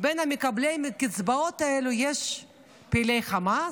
בין מקבלי הקצבאות האלו פעילי חמאס?